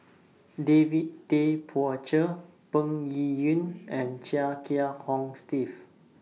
David Tay Poey Cher Peng Yuyun and Chia Kiah Hong Steve